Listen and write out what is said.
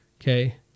okay